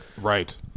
Right